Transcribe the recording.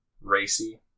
racy